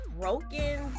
broken